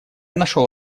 нашел